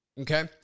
Okay